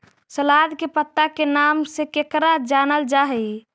सलाद के पत्ता के नाम से केकरा जानल जा हइ?